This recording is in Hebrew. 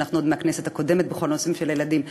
שעוד מהכנסת הקודמת אנחנו משתפים פעולה בכל הנושאים של הילדים.